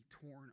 torn